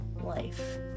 life